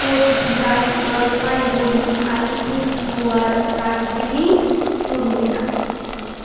Cooch Behar Jalpaiguri Alipurduar Darjeeling Purulia